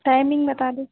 timing बता दो